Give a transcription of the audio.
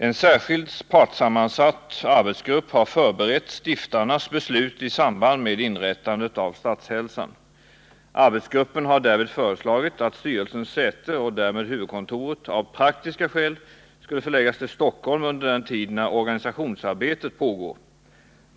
En särskild partssammansatt arbetsgrupp har förberett stiftarnas beslut i samband med inrättandet av Statshälsan. Arbetsgruppen har därvid föreslagit att styrelsens säte och därmed huvudkontoret av praktiska skäl skulle förläggas till Stockholm under den tid när organisationsarbetet pågår.